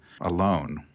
alone